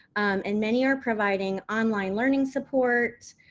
and many are providing online learning supports,